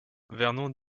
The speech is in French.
vernon